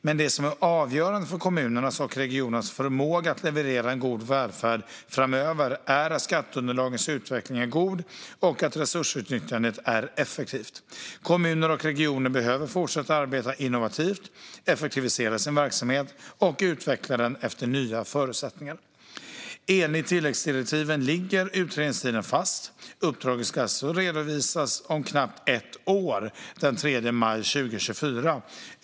Men det som är avgörande för kommunernas och regionernas förmåga att leverera en god välfärd framöver är att skatteunderlagets utveckling är god och att resursutnyttjandet är effektivt. Kommuner och regioner behöver fortsätta att arbeta innovativt, effektivisera sin verksamhet och utveckla den efter nya förutsättningar. Enligt tilläggsdirektiven ligger utredningstiden fast. Uppdraget ska alltså redovisas senast om knappt ett år, den 3 maj 2024.